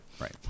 right